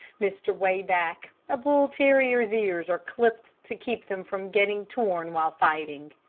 mr. wayback a bull-terrier's ears are clipped to keep them from getting torn while fighting.